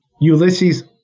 Ulysses